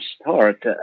start